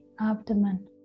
abdomen